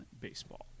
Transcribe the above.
Baseball